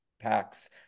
packs